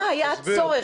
מה היה הצורך?